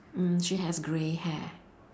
mm she has grey hair